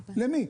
למי?